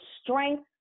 strength